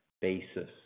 basis